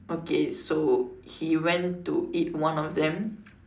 okay so he went to eat one of them